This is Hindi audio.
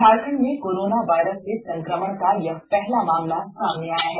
झारखण्ड में कोरोना वायरस से संक्रमण का यह पहला मामला सामने आया है